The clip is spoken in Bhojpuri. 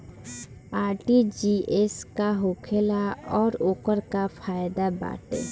आर.टी.जी.एस का होखेला और ओकर का फाइदा बाटे?